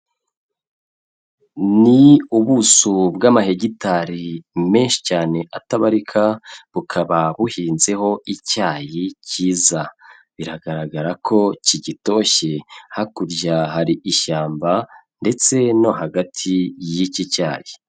Ni ubuso bw'amahegitari menshi cyane atabarika, bukaba buhinzeho icyayi cyiza biragaragara ko kigitoshye hakurya hari ishyamba ndetse no hagati y'iki cyayi.